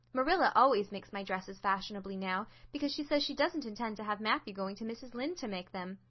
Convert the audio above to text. marilla always makes my dresses fashionably now, because she says she doesn't intend to have matthew going to mrs. lynde to make them.